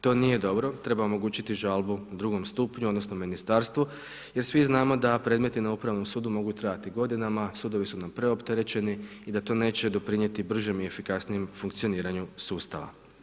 To nije dobro, treba omogućiti žalbu II. stupnju, odnosno ministarstvu jer svi znamo da predmeti na Upravnom sudu mogu trajati godinama, sudovi su nam preopterećeni i da to neće doprinijeti bržem i efikasnijem funkcioniranju sustava.